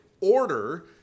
order